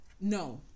No